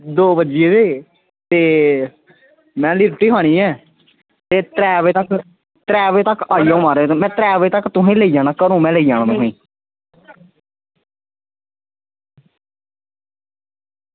दौ बज्जी गे में ऐल्ली रुट्टी खानी ऐ एह् त्रै बजे तक्क आई जाओ तुसें ई में लेई जाना घरों लेई जाना में